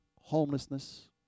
homelessness